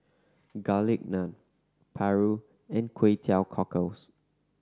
Garlic Naan paru and Kway Teow Cockles